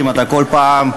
אתה כל פעם,